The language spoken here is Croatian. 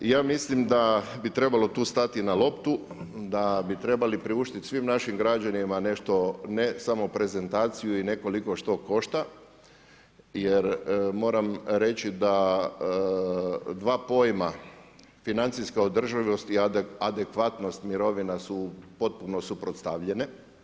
Ja mislim da bi trebalo tu stati na loptu, da bi trebali priuštiti svim našim građanima nešto ne samo prezentaciju i ne koliko što košta jer moram reći da dva pojama financijska održivost i adekvatnost mirovina su potpuno suprotstavljene.